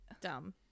Dumb